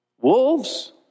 Wolves